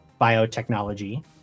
biotechnology